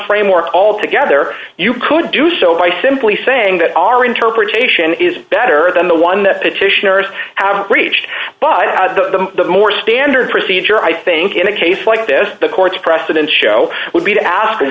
frame or altogether you could do so by simply saying that our interpretation is better than the one that petitioners outraged but i don't the more standard procedure i think in a case like this before to precedent show would be to ask